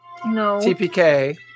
TPK